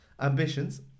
ambitions